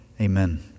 Amen